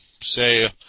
say